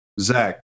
Zach